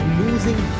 losing